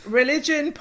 religion